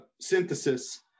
synthesis